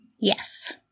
yes